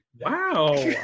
wow